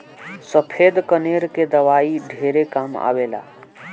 सफ़ेद कनेर के दवाई ढेरे काम आवेल